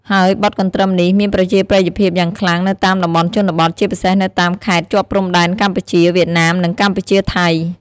ហើយបទកន្ទ្រឹមនេះ មានប្រជាប្រិយភាពយ៉ាងខ្លាំងនៅតាមតំបន់ជនបទ ជាពិសេសនៅតាមខេត្តជាប់ព្រំដែនកម្ពុជា-វៀតណាម និងកម្ពុជា-ថៃ។